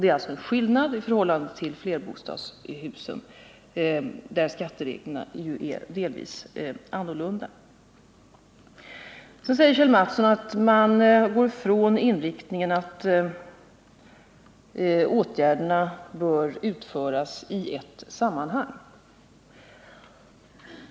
Det är alltså en skillnad jämfört med flerbostadshusen för vilka skattereglerna delvis är annorlunda. Kjell Mattsson säger vidare att vi går ifrån inriktningen att åtgärderna bör utföras i ett sammanhang.